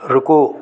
रुको